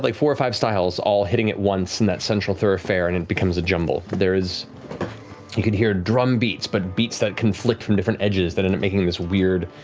like four or five styles all hitting at once in that central thoroughfare and it becomes a jumble. you can hear drumbeats, but beats that conflict from different edges that end up making this weird,